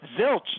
zilch